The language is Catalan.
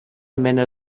mena